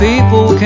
people